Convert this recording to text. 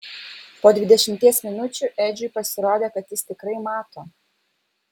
po dvidešimties minučių edžiui pasirodė kad jis tikrai mato